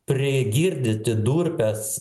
prigirdyti durpes